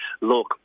look